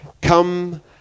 Come